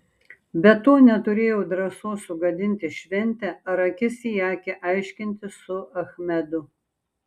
be to neturėjau drąsos sugadinti šventę ar akis į akį aiškintis su achmedu